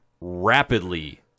rapidly